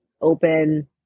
open